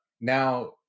now